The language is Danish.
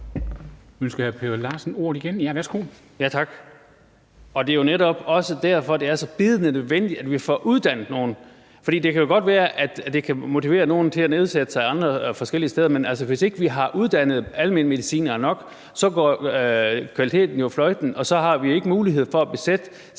Ønsker hr. Per Larsen ordet igen? Ja, værsgo. Kl. 13:47 Per Larsen (KF): Tak. Det er jo netop også derfor, det er så bydende nødvendigt, at vi får uddannet nogle. For det kan jo godt være, at det kan motivere nogle til at slå sig ned forskellige steder, men hvis ikke vi har uddannet almenmedicinere nok, går kvaliteten jo fløjten, og så har vi ikke mulighed for at besætte i